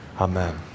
Amen